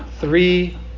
three